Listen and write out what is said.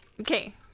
Okay